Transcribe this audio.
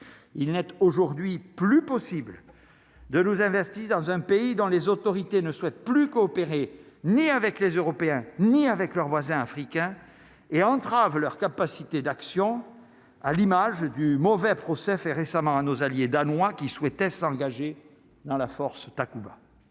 il n'est aujourd'hui plus possible de nous investit dans un pays dont les autorités ne souhaitent plus coopérer ni avec les Européens, ni avec leurs voisins africains et entrave leur capacité d'action à l'image du mauvais procès fait récemment à nos alliés danois qui souhaitait s'engager dans la force Takuba